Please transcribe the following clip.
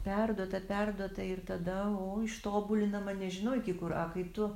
perduota perduota ir tada o ištobulinama nežinau iki kur a kai tu